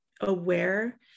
aware